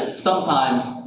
sometimes,